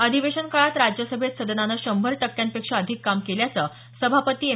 अधिवेशन काळात राज्यसभेत सदनानं शंभर टक्क्यांपेक्षा अधिक काम केल्याचं सभापती एम